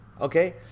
Okay